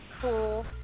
cool